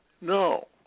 no